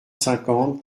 cinquante